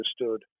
understood